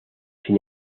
sin